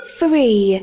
three